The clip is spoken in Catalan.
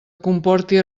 comporti